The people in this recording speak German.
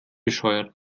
bescheuert